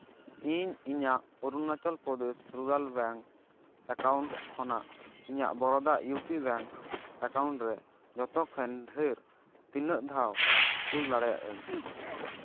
ᱤᱧ ᱤᱧᱟᱹᱜ Arunachal Pradesh rural bank account ᱠᱷᱚᱱᱟᱜ ᱤᱧᱟᱹᱜ ᱵᱚᱨᱚᱫᱟ ᱤᱭᱩᱯᱤ ᱵᱮᱝᱠ ᱮᱠᱟᱭᱩᱱᱴ ᱨᱮ ᱡᱚᱛᱚ ᱠᱷᱚᱱ ᱰᱷᱮᱨ ᱛᱤᱱᱟᱹᱜ ᱫᱷᱟᱣ ᱠᱩᱞ ᱫᱟᱲᱮᱭᱟᱜ ᱟᱹᱧ